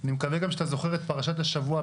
אני מקווה גם שאתה זוכר את פרשת השבוע,